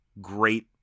great